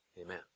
amen